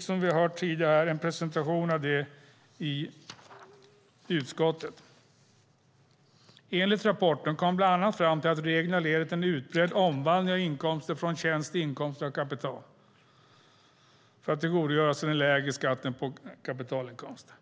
Som vi har hört tidigare här fick vi en presentation av det i utskottet. Enligt rapporten kom man bland annat fram till att reglerna leder till utbredd omvandling av inkomster från tjänst till inkomster av kapital för att tillgodogöra sig den lägre skatten på kapitalinkomster.